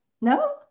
No